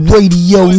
Radio